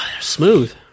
smooth